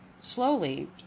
slowly